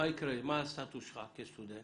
בוינגייט בגלל הייחודיות שלו.